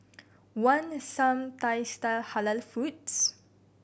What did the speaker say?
want some Thai style Halal foods